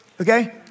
okay